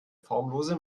formlose